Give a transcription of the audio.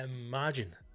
imagine